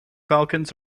falcons